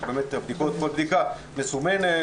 כל בדיקה מסומנת,